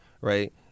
Right